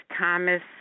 Thomas